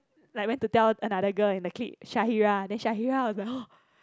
like went to tell another girl in the clique Shahira then Shahira was like